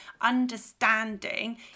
understanding